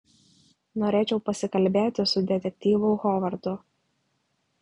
norėčiau pasikalbėti su detektyvu hovardu